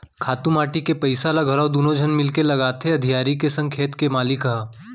खातू माटी के पइसा ल घलौ दुनों झन मिलके लगाथें अधियारा के संग खेत के मालिक ह